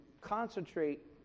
concentrate